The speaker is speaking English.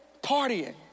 partying